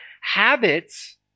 habits